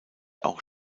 auch